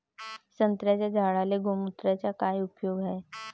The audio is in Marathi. संत्र्याच्या झाडांले गोमूत्राचा काय उपयोग हाये?